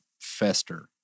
fester